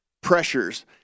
pressures